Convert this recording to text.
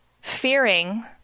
fearing